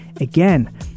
again